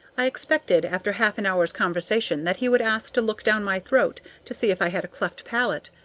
i expected, after half an hour's conversation, that he would ask to look down my throat to see if i had a cleft palate.